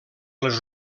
les